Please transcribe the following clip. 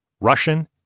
Russian